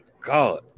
god